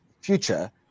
future